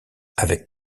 avec